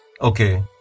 Okay